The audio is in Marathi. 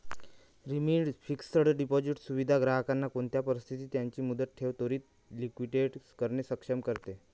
रिडीम्ड फिक्स्ड डिपॉझिट सुविधा ग्राहकांना कोणते परिस्थितीत त्यांची मुदत ठेव त्वरीत लिक्विडेट करणे सक्षम करते